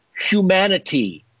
humanity